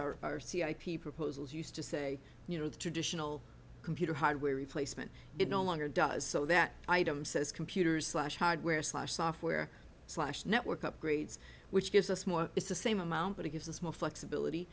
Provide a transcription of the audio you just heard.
ip proposals used to say you know the traditional computer hardware replacement it no longer does so that item says computers slash hardware slash software slash network upgrades which gives us more it's the same amount but it gives us more flexibility